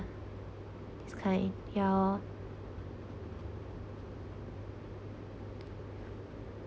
this kind bu yao lor